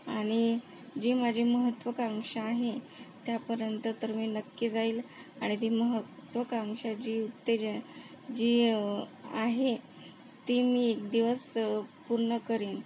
आणि जी माझी महत्त्वाकांक्षा आहे त्यापर्यंत तर मी नक्की जाईल आणि ती महत्त्वाकांक्षा जी उत्तेजन जी आहे ती मी एक दिवस पूर्ण करीन